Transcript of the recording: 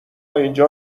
اینجا